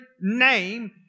name